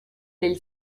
del